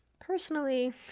personally